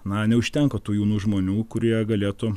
na neužtenka tų jaunų žmonių kurie galėtų